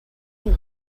you